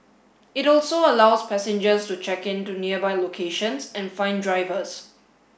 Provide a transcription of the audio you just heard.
it also allows passengers to check in to nearby locations and find drivers